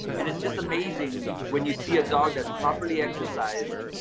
and it's just amazing when you see a dog that's properly exercised.